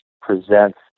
presents